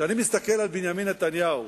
כשאני מסתכל על בנימין נתניהו,